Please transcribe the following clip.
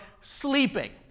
sleeping